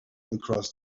across